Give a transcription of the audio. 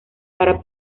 para